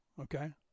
Okay